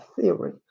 theory